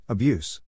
Abuse